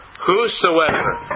Whosoever